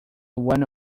one